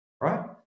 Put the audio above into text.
right